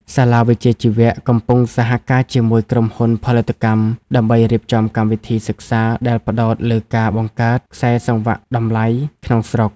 សាលាវិជ្ជាជីវៈកំពុងសហការជាមួយក្រុមហ៊ុនផលិតកម្ម ដើម្បីរៀបចំកម្មវិធីសិក្សាដែលផ្ដោតលើការបង្កើត "ខ្សែសង្វាក់តម្លៃ" ក្នុងស្រុក។